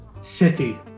City